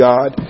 God